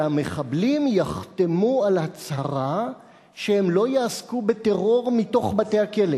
שהמחבלים יחתמו על הצהרה שהם לא יעסקו בטרור מתוך בתי-הכלא.